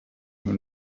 who